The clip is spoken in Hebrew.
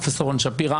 פרופ' רון שפירא,